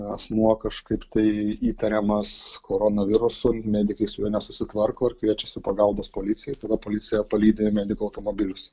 asmuo kažkaip tai įtariamas koronavirusu medikai su juo nesusitvarko ir kviečiasi pagalbos policijoj tada policija palydi medikų automobilius